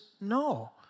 no